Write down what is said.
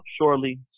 Surely